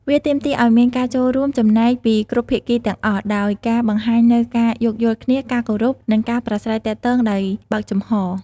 វាទាមទារឱ្យមានការចូលរួមចំណែកពីគ្រប់ភាគីទាំងអស់ ដោយការបង្ហាញនូវ ការយោគយល់គ្នា ការគោរព និងការប្រាស្រ័យទាក់ទងដោយបើកចំហរ។